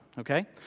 Okay